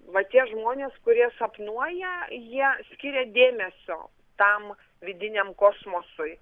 va tie žmonės kurie sapnuoja jie skiria dėmesio tam vidiniam kosmosui